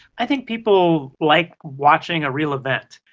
i think people like watching a real event.